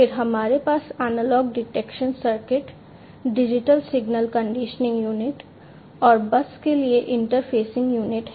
फिर हमारे पास analog detection circuit digital signal conditioning unit और बस के लिए इंटरफेसिंग यूनिट है